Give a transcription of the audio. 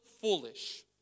foolish